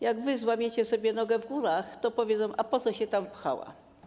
Jak wy złamiecie sobie nogę w górach, to powiedzą: A po coś się tam pchała?